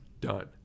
Done